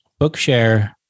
Bookshare